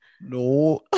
No